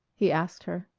he asked her.